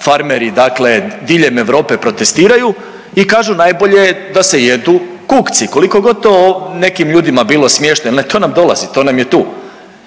farmeri dakle diljem Europe protestiraju i kažu najbolje je da se jedu kukci koliko god to nekim ljudima bilo smješno ili ne to nam dolazi, to nam je tu.